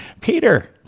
Peter